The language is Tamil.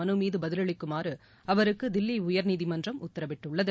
மனு மீது பதில் அளிக்குமாறு அவருக்கு தில்லி உயா்நீதிமன்றம் உத்தரவிட்டுள்ளது